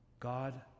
God